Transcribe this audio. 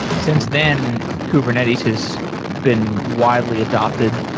since then, kubernetes has been widely adopted.